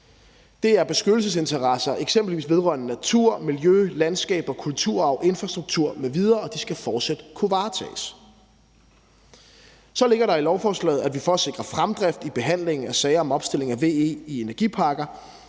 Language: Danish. Det er beskyttelsesinteresser eksempelvis vedrørende natur, miljø, landskab og kulturarv, infrastruktur m.v., og de skal fortsat kunne varetages. Kl. 20:20 Så ligger der i lovforslaget, at vi for at sikre fremdrift i behandlingen af sager om opstilling af VE-anlæg i energiparker